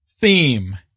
theme